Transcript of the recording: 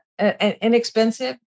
inexpensive